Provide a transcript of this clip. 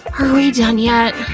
are we done yet?